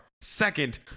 Second